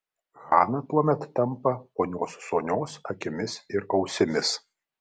hana tuomet tampa ponios sonios akimis ir ausimis